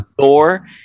Thor